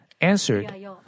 answered